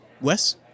Wes